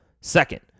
Second